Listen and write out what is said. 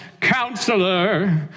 counselor